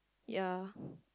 ya